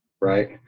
Right